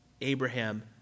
Abraham